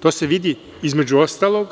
To se vidi, između ostalog,